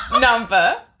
number